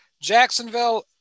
Jacksonville